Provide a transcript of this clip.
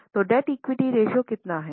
तो डेब्ट equity ratio कितना है